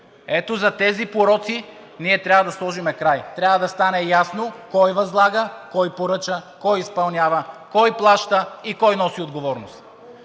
Ето на тези пороци ние трябва да сложим край. Трябва да стане ясно кой възлага, кой поръчва, кой изпълнява, кой плаща и кой носи отговорност?